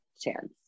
chance